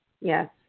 yes